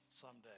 someday